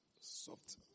soft